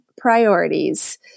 priorities